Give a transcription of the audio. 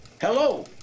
Hello